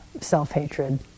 self-hatred